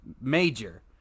major